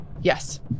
yes